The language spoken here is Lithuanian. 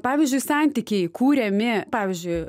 pavyzdžiui santykiai kūriami pavyzdžiui